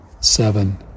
seven